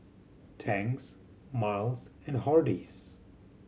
Tangs Miles and Hardy's